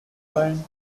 line